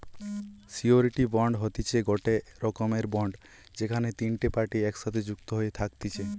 surety bond হতিছে গটে রকমের বন্ড যেখানে তিনটে পার্টি একসাথে যুক্ত হয়ে থাকতিছে